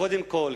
קודם כול,